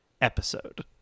episode